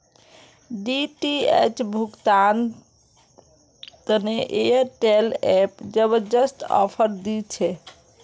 DTH भुगतान तने Airtel app जबरदस्त ऑफर दी छे